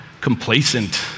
complacent